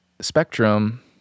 spectrum